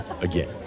again